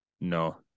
No